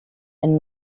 and